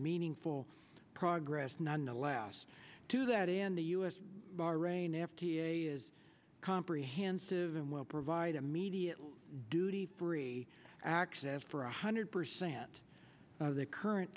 meaningful progress nonetheless to that in the u s bahrain f d a is comprehensive and will provide immediate duty free access for one hundred percent of the current